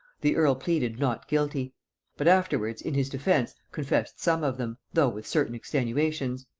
the earl pleaded not guilty but afterwards, in his defence, confessed some of them, though with certain extenuations.